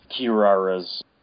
Kirara's